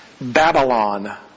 Babylon